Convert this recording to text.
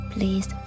Please